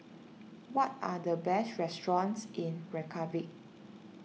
what are the best restaurants in Reykjavik